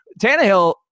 Tannehill